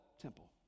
temple